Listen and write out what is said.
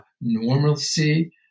normalcy